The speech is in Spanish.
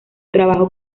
trabajo